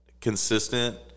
consistent